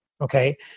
Okay